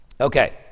Okay